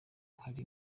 hari